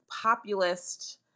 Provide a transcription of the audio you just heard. populist